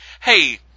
hey